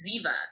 Ziva